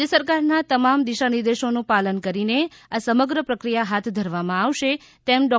રાજ્ય સરકારના તમામ દિશાનિર્દેશોનું પાલન કરીને આ સમગ્ર પ્રક્રિયા હાથ ધરવામાં આવશે તેમ ડૉ